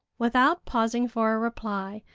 without pausing for a reply,